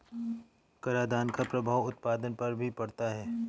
करादान का प्रभाव उत्पादन पर भी पड़ता है